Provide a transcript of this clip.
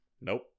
Nope